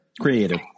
Creative